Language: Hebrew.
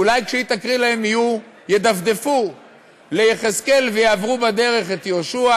אולי כשהיא תקריא להם הם ידפדפו ליחזקאל ויעברו בדרך את יהושע,